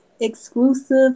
exclusive